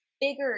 bigger